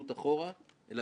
בבקשה, חברתי איילת.